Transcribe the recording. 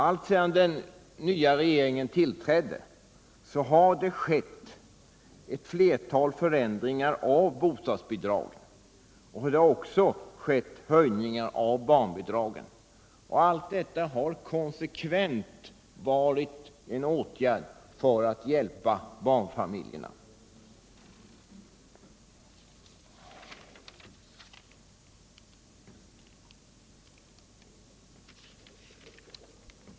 Alltsedan den nya regeringen tillträdde har det skett ett flertal förändringar av bostadsbidragen, och också höjningar av barnbidragen. Allt detta har konsekvent varit åtgärder för att hjälpa barnfamiljerna.